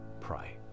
pray